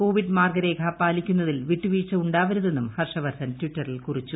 Covid മാർഗ്ഗരേഖ പാലിക്കുന്നതിൽ വിട്ടുവീഴ്ച ഉണ്ടാവരുതെന്നും ഹർഷ് വർദ്ധൻ ടിറ്ററിൽ കുറിച്ചു